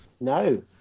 No